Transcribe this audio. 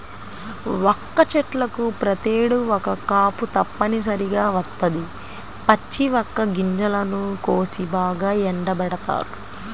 వక్క చెట్లకు ప్రతేడు ఒక్క కాపు తప్పనిసరిగా వత్తది, పచ్చి వక్క గింజలను కోసి బాగా ఎండబెడతారు